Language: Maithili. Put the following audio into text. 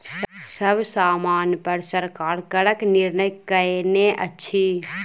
सब सामानपर सरकार करक निर्धारण कयने अछि